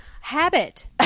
Habit